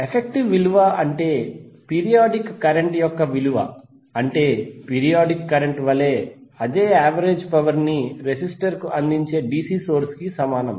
effective విలువ అంటే periodic current యొక్క విలువ అంటే పీరియాడిక్ కరెంట్ వలె అదే యావరేజ్ పవర్ ని రెసిస్టర్ కు అందించే DC సోర్స్ కి సమానం